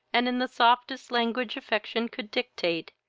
and, in the softest language affection could dictate,